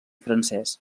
francès